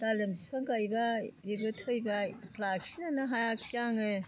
डालिम बिफां गायबाय बेबो थैबाय लाखिनोनो हायासै आंङो